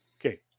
Okay